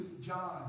John